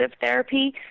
therapy